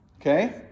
Okay